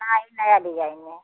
नहीं नया डिजाइन में